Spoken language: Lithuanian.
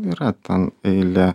yra ten eilė